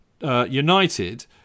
United